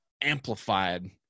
amplified